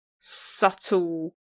subtle